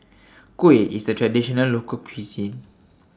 Kuih IS A Traditional Local Cuisine